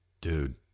Dude